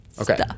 Okay